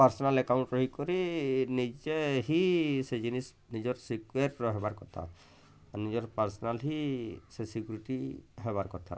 personal account credit କରି ନେଇଚେ ହି ସେ ଜିନିଷ୍ ନିଜର୍ ସିକ୍ୟୁର୍ ହେବା କଥା ନିଜର ପର୍ସନାଲ ହି ସେ ସିକ୍ୟୁରିଟି ହେବାର୍ କଥା